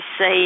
say